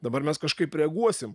dabar mes kažkaip reaguosim